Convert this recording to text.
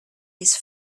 his